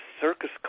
circus